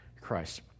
Christ